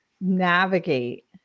navigate